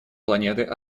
планеты